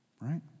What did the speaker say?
Right